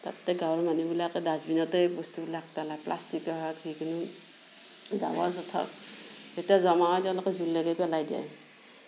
তাতে গাঁৱৰ মানুহিবিলাকে ডাষ্টবিনতেই বস্তুবিলাক পেলায় প্লাষ্টিকে হওক যিকিনো জাবৰ জোঁথৰ যেতিয়া জমা হয় তেওঁলোকে জুই লগাই পেলাই দিয়ে